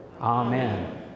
Amen